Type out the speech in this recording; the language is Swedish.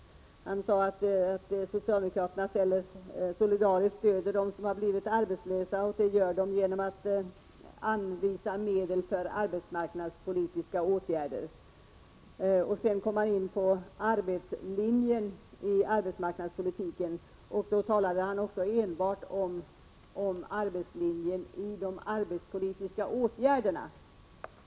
Han sade att socialdemokraterna solidariskt stöder dem som blivit arbetslösa genom att anvisa medel till arbetsmarknadspolitiska åtgärder. Sedan kom han in på arbetslinjen i arbetsmarknadspolitiken, och även då talade han enbart om arbetslinjen i just de arbetsmarknadspolitiska åtgärderna.